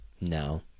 No